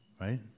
Right